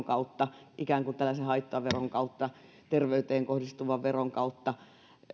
kautta ikään kuin tällaisen haittaveron kautta terveyteen kohdistuvan veron kautta